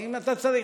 ואם אתה צריך